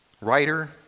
writer